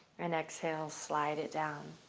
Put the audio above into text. and exhale. slide it down.